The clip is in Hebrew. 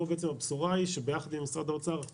פה הבשורה היא שביחד עם משרד האוצר אנחנו